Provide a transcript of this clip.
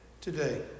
today